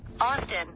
Austin